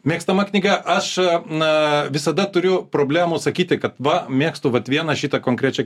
mėgstama knyga aš na visada turiu problemų sakyti kad va mėgstu vat vieną šitą konkrečią